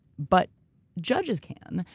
but judges can,